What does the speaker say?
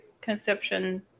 conception